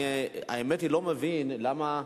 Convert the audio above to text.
אני, האמת, לא מבין למה,